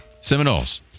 Seminoles